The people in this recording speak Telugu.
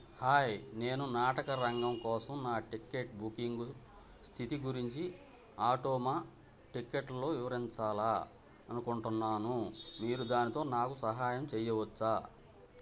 హాయ్ నేను నాటకరంగం కోసం నా టిక్కెట్ బుకింగ్ స్థితి గురించి ఆటోమా టిక్కెట్లు వివరించాలనుకుంటున్నాను మీరు దానితో నాకు సహాయం చేయవచ్చా